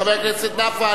חבר הכנסת נפאע,